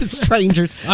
Strangers